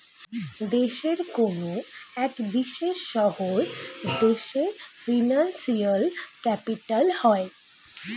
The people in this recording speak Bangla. দেশের কোনো এক বিশেষ শহর দেশের ফিনান্সিয়াল ক্যাপিটাল হয়